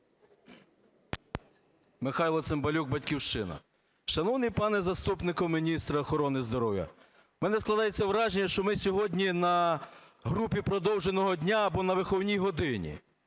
Михайло Цимбалюк, "Батьківщина". Шановний пане заступнику міністра охорони здоров'я, у мене складається враження, що ми сьогодні на групі продовженого дня або на виховній годині,